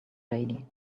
lady